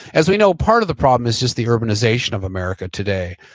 as we know, part of the problem is just the urbanization of america today.